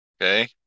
Okay